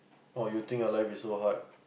oh you think your life is so hard